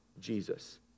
Jesus